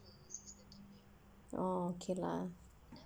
oh okay lah